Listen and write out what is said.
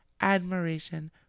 admiration